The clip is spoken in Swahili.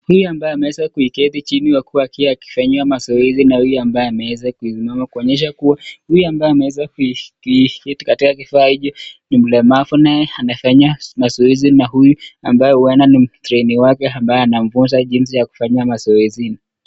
Huyu ambaye ameweza kuketi chini, akifanyiwa mazoezi na huyu ambaye amekuinama kuonyesha kuwa, huyu ambaye ameweza kuiketi katika kifaa hiki ni mlemavu, naye anafanyia mazoezi na huyu ambaye huenda ni trainer wake ambaye anamfunza jinsi ya kufanya mazoezi.